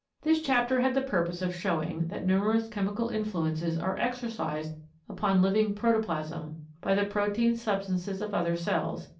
this chapter had the purpose of showing that numerous chemical influences are exercised upon living protoplasm by the protein substances of other cells,